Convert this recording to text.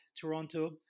Toronto